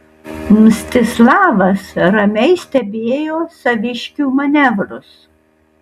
mstislavas ramiai stebėjo saviškių manevrus